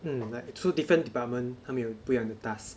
mm like two different department 他们有不一样的 task